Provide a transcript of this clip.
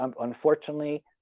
unfortunately